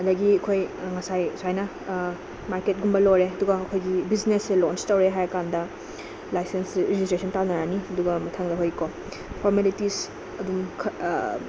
ꯑꯗꯒꯤ ꯑꯩꯈꯣꯏ ꯉꯁꯥꯏ ꯁꯨꯃꯥꯏꯅ ꯃꯥꯔꯀꯦꯠ ꯀꯨꯝꯕ ꯂꯣꯏꯔꯦ ꯑꯗꯨꯒ ꯑꯩꯈꯣꯏꯒꯤ ꯕꯤꯖꯤꯅꯦꯁꯁꯦ ꯂꯣꯟꯁ ꯇꯧꯔꯦ ꯍꯥꯏꯔꯀꯥꯟꯗ ꯂꯥꯏꯁꯦꯟꯁꯁꯦ ꯔꯦꯖꯤꯁꯇ꯭ꯔꯦꯁꯟ ꯇꯥꯟꯅꯔꯅꯤ ꯑꯗꯨꯒ ꯃꯊꯪ ꯑꯩꯈꯣꯏꯀꯣ ꯐꯣꯔꯃꯦꯂꯤꯇꯤꯁ ꯑꯗꯨꯝ